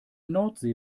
nordsee